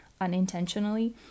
unintentionally